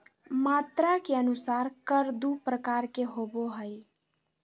मात्रा के अनुसार कर दू प्रकार के होबो हइ